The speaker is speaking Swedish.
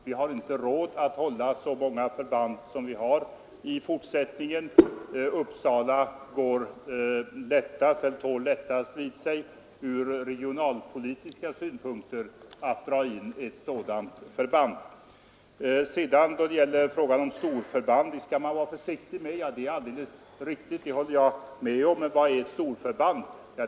Vi har i fortsättningen inte råd att hålla så många förband som vi för närvarande har. Från regionalpolitiska synpunkter tål Uppsala bäst indragningen av ett förband. Det är alldeles riktigt att man skall vara försiktig med storförband. Det håller jag med om, men vad är ett storförband?